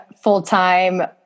full-time